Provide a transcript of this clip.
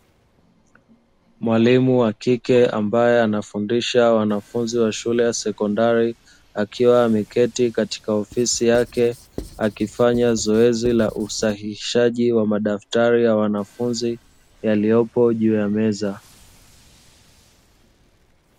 Mwalimu wa kike ambaye anafundisha wanafunzi wa shule ya sekondari akiwa ameketi katika ofisi yake akifanya zoezi la usahihishaji wa madaftari ya wanafunzi yaliyopo juu ya meza.